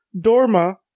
Dorma